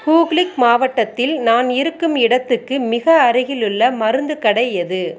ஹூக்ளிக் மாவட்டத்தில் நான் இருக்கும் இடத்துக்கு மிக அருகிலுள்ள மருந்துக் கடை எது